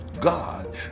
God